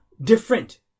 different